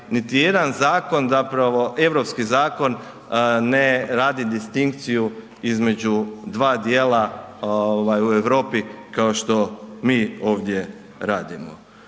niti jedan zakon zapravo, europski zakon zapravo ne radi distinkciju između dva dijela ovaj u Europi kao što mi ovdje radimo.